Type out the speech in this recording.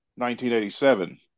1987